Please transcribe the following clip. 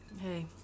Hey